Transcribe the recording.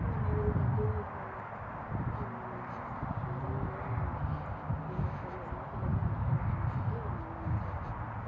இந்த மாதிரி பண்டிகைகள் நிறைய விழாக்கள் எல்லாத்துலேயுமே மக்கள் கலந்துக்கிட்டு நல்லா என்ஜாய் பண்ணுவாங்க